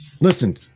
Listen